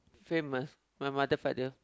famous my mother father